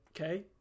Okay